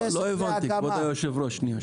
לא הבנתי, כבוד יושב הראש, שנייה.